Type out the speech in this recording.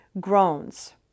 groans